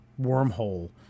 wormhole